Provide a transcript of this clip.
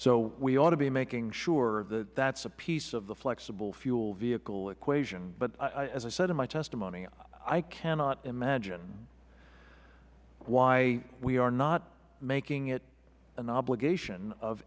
so we ought to be making sure that that is a piece of the flexible fuel vehicle equation as i said in my testimony i cannot imagine why we are not making it an obligation of